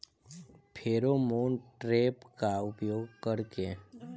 Pheromone trap का उपयोग कर के?